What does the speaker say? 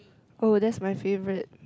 oh that's my favourite